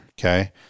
Okay